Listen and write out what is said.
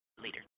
later